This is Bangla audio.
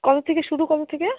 কতো থেকে শুরু কতো থেকে